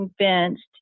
convinced